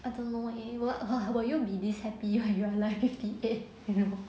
I don't know leh will will you be this happy when you like your fifty eight you know